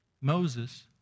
Moses